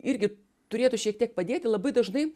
irgi turėtų šiek tiek padėti labai dažnai